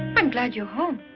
i'm glad you're home.